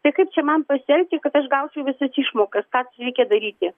tai kaip čia man pasielgti kad aš gaučiau visas išmokas ką reikia daryti